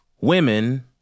women